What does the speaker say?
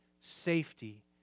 safety